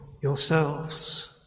yourselves